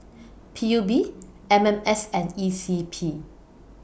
P U B M M S and E C P